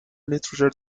nitrogen